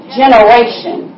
generation